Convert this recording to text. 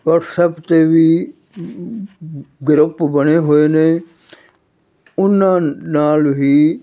WhatsApp 'ਤੇ ਵੀ group ਬਣੇ ਹੋਏ ਨੇ ਉਹਨਾਂ ਨਾਲ ਵੀ